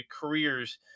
careers